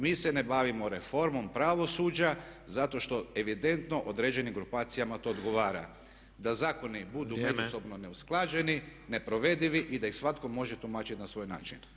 Mi se ne bavimo reformom pravosuđa zato što evidentno određenim grupacijama to ogovara, da zakoni budu međusobno neusklađeni, neprovedivi i da ih svatko može tumačiti na svoj način.